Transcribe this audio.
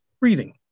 Breathing